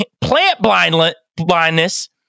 plant-blindness